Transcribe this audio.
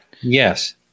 Yes